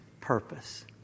purpose